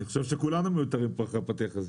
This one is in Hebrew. אני חושב שכולנו מיותרים פה אחרי הפתיח הזה.